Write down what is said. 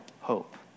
hope